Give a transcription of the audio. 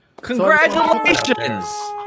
congratulations